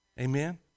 Amen